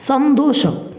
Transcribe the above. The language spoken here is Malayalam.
സന്തോഷം